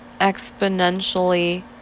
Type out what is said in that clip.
exponentially